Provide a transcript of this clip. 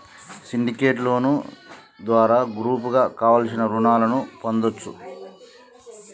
syndicate loan ద్వారా గ్రూపుగా కావలసిన రుణాలను పొందచ్చు